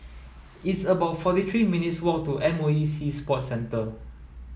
it's about forty three minutes' walk to M O E Sea Sports Centre